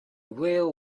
wheel